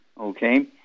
okay